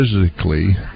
physically